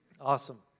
Awesome